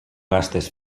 gastes